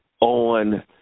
on